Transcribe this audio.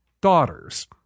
daughter's